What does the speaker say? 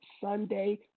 Sunday